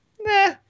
nah